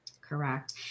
Correct